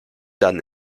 dann